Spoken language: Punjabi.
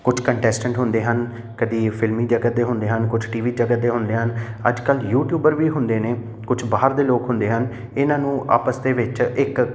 ਕੁਛ ਕੰਟੈਸਟੈਂਟ ਹੁੰਦੇ ਹਨ ਕਦੇ ਫਿਲਮੀ ਜਗਤ ਦੇ ਹੁੰਦੇ ਹਨ ਕੁਛ ਟੀਵੀ ਜਗਤ ਦੇ ਹੁੰਦੇ ਹਨ ਅੱਜ ਕੱਲ੍ਹ ਯੂਟਿਊਬਰ ਵੀ ਹੁੰਦੇ ਨੇ ਕੁਛ ਬਾਹਰ ਦੇ ਲੋਕ ਹੁੰਦੇ ਹਨ ਇਹਨਾਂ ਨੂੰ ਆਪਸ ਦੇ ਵਿੱਚ ਇੱਕ